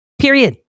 period